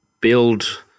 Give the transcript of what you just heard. build